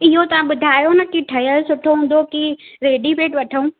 इहो तव्हां ॿुधायो न की ठहियल सुठो हूंदो की रेडीमेट वठूं